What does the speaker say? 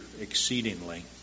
exceedingly